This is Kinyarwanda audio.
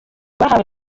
rwahawe